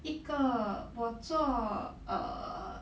一个我做 err